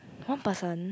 one person